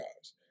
guys